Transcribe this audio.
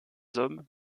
hommes